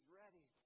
ready